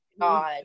God